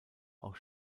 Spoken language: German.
auch